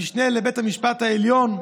המשנה לבית המשפט העליון,